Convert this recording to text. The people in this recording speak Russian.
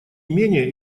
менее